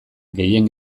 gehien